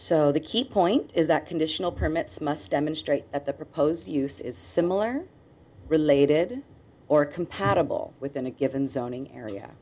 so the key point is that conditional permits must demonstrate that the proposed use is similar related or compatible within a given zoning area